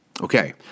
Okay